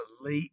late